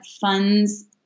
funds